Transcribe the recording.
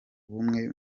bumwe